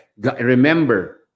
Remember